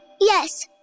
Yes